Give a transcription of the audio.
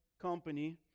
company